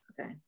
okay